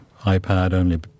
iPad-only